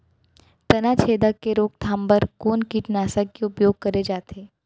तनाछेदक के रोकथाम बर कोन कीटनाशक के उपयोग करे जाये?